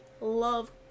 love